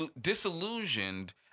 disillusioned